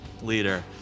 leader